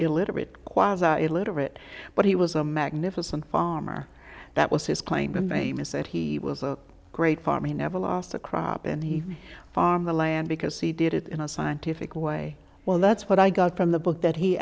illiterate illiterate but he was a magnificent farmer that was his claim of amos that he was a great farmer he never lost a crop and he farm the land because he did it in a scientific way well that's what i got from the book that he